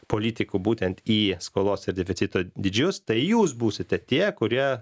politikų būtent į skolos ir deficito dydžius tai jūs būsite tie kurie